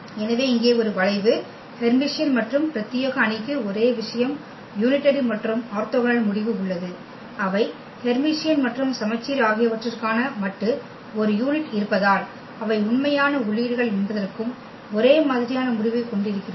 எனவே இங்கே ஒரு வளைவு ஹெர்மிசியன் மற்றும் பிரத்தியேக அணிக்கு ஒரே விஷயம் யூனிடரி மற்றும் ஆர்த்தோகனல் முடிவு உள்ளது அவை ஹெர்மிசியன் மற்றும் சமச்சீர் ஆகியவற்றிற்கான மட்டு ஒரு யூனிட் இருப்பதால் அவை உண்மையான உள்ளீடுகள் என்பதற்கும் ஒரே மாதிரியான முடிவைக் கொண்டிருக்கிறோம்